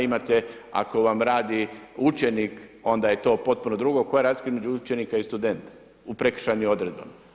Imate ako vam radi učenik, onda je to potpuno drugo, koja razlika je između učenika i studenta u prekršajnim odredbama?